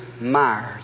Myers